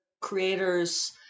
creators